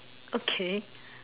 okay